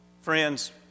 Friends